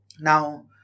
Now